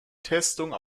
testung